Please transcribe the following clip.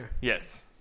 Yes